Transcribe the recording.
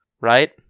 right